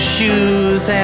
Shoes